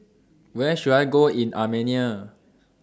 Where should I Go in Armenia